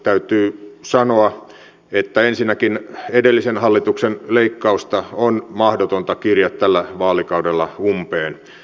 täytyy sanoa että ensinnäkin edellisen hallituksen leikkausta on mahdotonta kiriä tällä vaalikaudella umpeen